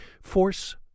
Force